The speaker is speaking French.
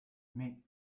mais